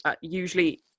usually